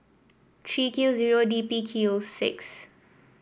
three Q zero D B Q six